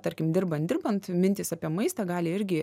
tarkim dirbant dirbant mintys apie maistą gali irgi